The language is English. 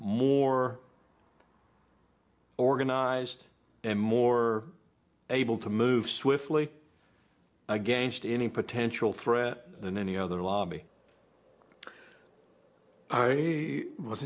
more organized and more able to move swiftly against any potential threat than any other lobby i was